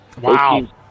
Wow